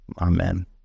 amen